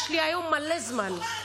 יש לי היום מלא זמן.